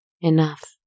enough